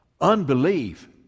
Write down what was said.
Unbelief